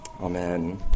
Amen